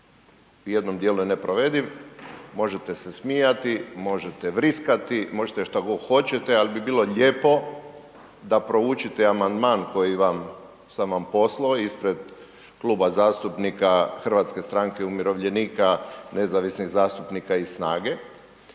U jednom dijelu je neprovediv, možete se smijati, možete vriskati možete šta god hoćete, ali bi bilo lijepo da proučite amandman koji vam, sam vam poslao ispred Kluba zastupnika HSU-a, nezavisnih zastupnika i SNAGE